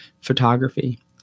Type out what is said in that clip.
photography